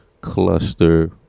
cluster